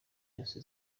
yose